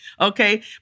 okay